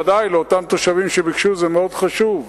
ודאי, לאותם תושבים שביקשו זה מאוד חשוב,